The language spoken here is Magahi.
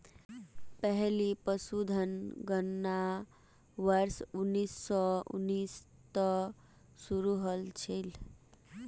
पहली पशुधन गणना वर्ष उन्नीस सौ उन्नीस त शुरू हल छिले